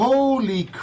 Holy